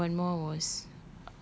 then another one more was